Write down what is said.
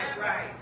right